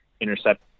intercept